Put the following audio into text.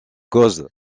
causes